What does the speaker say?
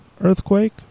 earthquake